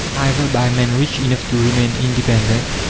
either by men rich enough to remain independent,